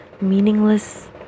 meaningless